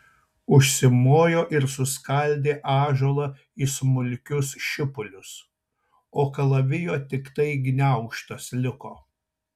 užsimojo ir suskaldė ąžuolą į smulkius šipulius o kalavijo tiktai gniaužtas liko